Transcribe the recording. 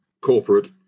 corporate